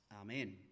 Amen